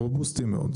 רובוסטי מאוד,